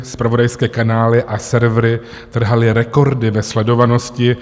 Zpravodajské kanály a servery trhaly rekordy ve sledovanosti.